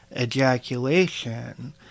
ejaculation